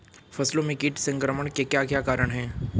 फसलों में कीट संक्रमण के क्या क्या कारण है?